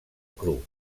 cru